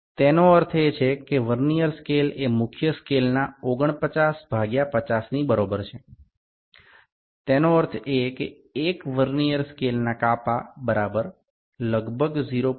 તેનો અર્થ છે કે વર્નીઅર સ્કેલ એ મુખ્ય સ્કેલના 49 ભાગ્યા 50ની બરાબર છે તેનો અર્થ એ કે 1 વર્નીઅર સ્કેલના કાપા બરાબર લગભગ 0